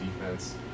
defense